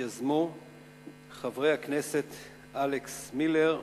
שיזמו חברי הכנסת אלכס מילר,